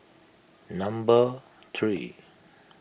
number three